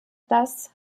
das